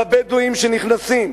בבדואים שנכנסים,